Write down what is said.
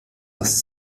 das